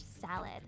salad